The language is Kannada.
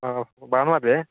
ಹಾಂ ಭಾನ್ವಾರ ರಿ